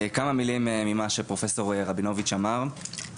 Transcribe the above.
כמה מלים על מה שפרופ' רבינוביץ אמר.